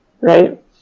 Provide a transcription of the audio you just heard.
right